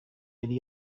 yari